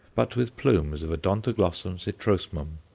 but with plumes of odontoglossum citrosmum.